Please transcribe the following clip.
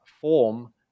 form